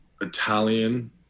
Italian